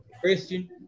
Christian